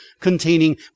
containing